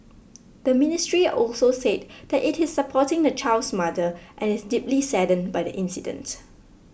the ministry also said that it is supporting the child's mother and is deeply saddened by the incident